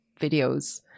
videos